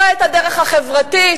לא את הדרך החברתית,